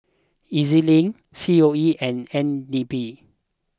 E Z Link C O E and N D P